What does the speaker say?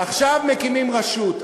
עכשיו מקימים רשות.